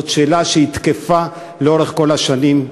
זאת שאלה שהיא תקפה לאורך כל השנים.